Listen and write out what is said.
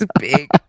big